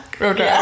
Okay